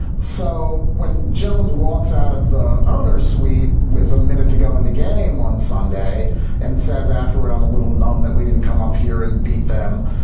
so when jones walks out of owner's owner's suite with a minute to go in the game on sunday and says afterward, i'm a little numb that we didn't come up here and beat them,